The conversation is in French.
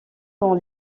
dans